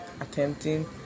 attempting